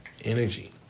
energy